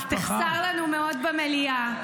תחסר לנו מאוד במליאה.